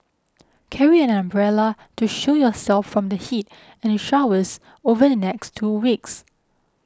carry an umbrella to shield yourself from the heat and showers over the next two weeks